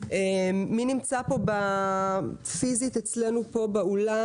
מי נמצא פה פיזית באולם?